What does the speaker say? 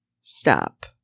stop